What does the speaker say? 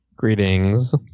greetings